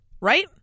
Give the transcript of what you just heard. right